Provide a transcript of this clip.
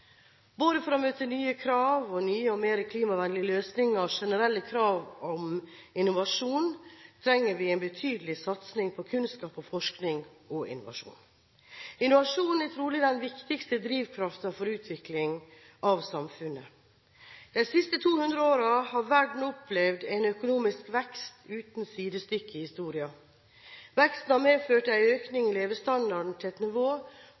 Både for å møte krav om nye og mer klimavennlige løsninger og generelle krav om innovasjon trenger vi en betydelig satsing på kunnskap, forskning og innovasjon. Innovasjon er trolig den viktigste drivkraften for utviklingen av samfunnet. De siste to hundre årene har verden opplevd en økonomisk vekst uten sidestykke i historien. Veksten har medført en økning i levestandarden til et nivå